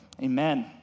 amen